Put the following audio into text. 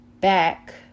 back